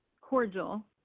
cordial